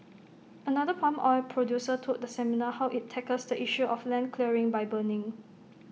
another palm oil producer told the seminar how IT tackles the issue of land clearing by burning